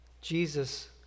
Jesus